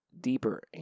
deeper